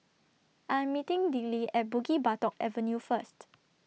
I'm meeting Dillie At Bukit Batok Avenue First